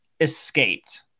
escaped